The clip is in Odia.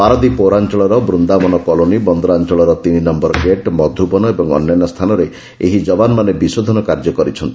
ପାରାଦ୍ୱୀପ ପୌରାଞ୍ଚଳର ବୂନ୍ଦାବନ କଲୋନୀ ବନରାଞଳର ତିନି ନମ୍ର ଗେଟ୍ ମଧୁବନ ଓ ଅନ୍ୟାନ୍ୟ ସ୍ତାନରେ ଏହି ଯବାନମାନେ ବିଶୋଧନ କାର୍ଯ୍ୟ କରିଛନ୍ତି